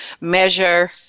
measure